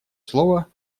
слово